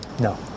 no